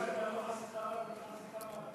אתה יכול להגיד עד מחר שאתה לא חסיד חב"ד,